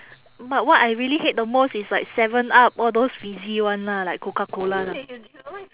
but what I really hate the most is like 7 Up all those fizzy [one] lah like Coca-Cola lah